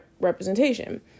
representation